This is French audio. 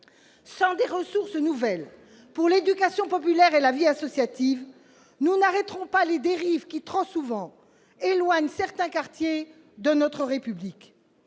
Sans des ressources nouvelles pour l'éducation populaire et la vie associative, nous n'arrêterons pas les dérives qui, trop souvent, éloignent certains quartiers de notre République.